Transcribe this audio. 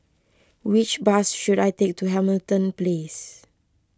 which bus should I take to Hamilton Place